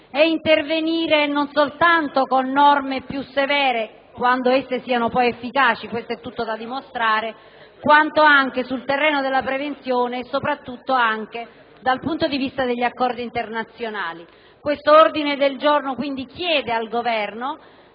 intervenire non soltanto con norme più severe (se esso siano poi efficaci è tutto da dimostrare), quanto anche sul terreno della prevenzione, soprattutto dal punto di vista degli accordi internazionali. L'ordine del giorno G1.102 chiede al Governo